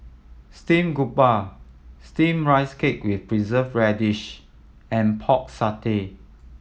steamed grouper Steamed Rice Cake with Preserved Radish and Pork Satay